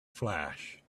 flash